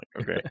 okay